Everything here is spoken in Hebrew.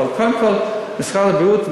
אבל קודם כול משרד הבריאות,